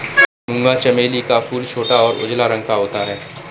मूंगा चमेली का फूल छोटा और उजला रंग का होता है